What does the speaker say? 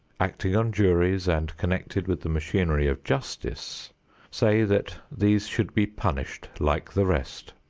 acting on juries and connected with the machinery of justice say that these should be punished like the rest.